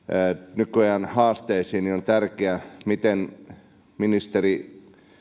nykyajan haasteisiin on tärkeää miten ministeri